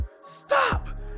Stop